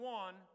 one